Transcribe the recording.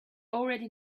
already